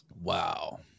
wow